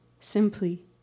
Simply